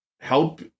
help